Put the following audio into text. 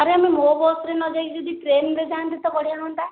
ଆରେ ଆମେ ମୋ ବସ୍ରେ ନ ଯାଇକି ଯଦି ଟ୍ରେନ୍ରେ ଯାଆନ୍ତେ ତ ବଢ଼ିଆ ହୁଅନ୍ତା